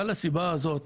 עקב הסיבה הזו,